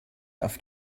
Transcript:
auf